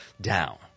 down